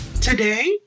Today